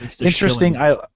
interesting